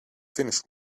finished